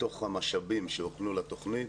בתוך המשאבים שיופנו לתוכנית